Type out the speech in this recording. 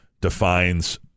defines